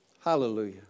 Hallelujah